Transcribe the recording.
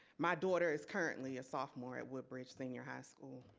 my daughter is currently a sophomore at woodbridge senior high school.